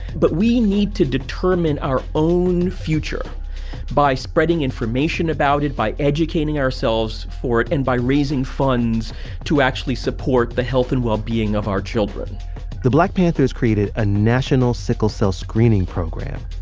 but we need to determine our own future by spreading information about it, by educating ourselves for it and by raising funds to actually support the health and well-being of our children the black panthers created a national sickle cell screening program.